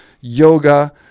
yoga